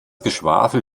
geschwafel